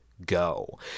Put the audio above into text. Go